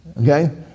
Okay